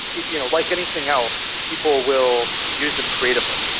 you know like anything else, people will use them creatively.